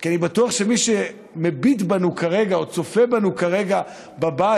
כי אני בטוח שמי שמביט בנו כרגע או צופה בנו כרגע בבית,